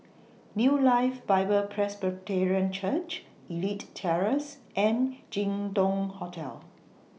New Life Bible Presbyterian Church Elite Terrace and Jin Dong Hotel